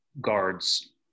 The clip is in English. guards